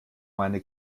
meine